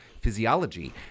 physiology